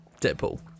deadpool